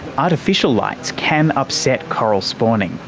artificial lights can upset coral spawning,